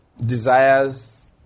desires